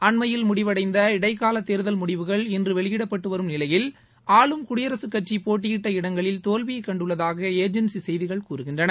அன்மையில் முடிவடைந்த இடைக்காலத் தேர்தல் முடிவுகள் இன்று வெளியிடப்பட்டு வரும் நிலையில் ஆளும் குடியரசுக் கட்சி போட்டியிட்ட இடங்களில் தோல்வியை கண்டுள்ளதாக ஏஜென்சி செய்திகள் கூறுகின்றன